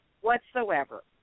whatsoever